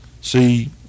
see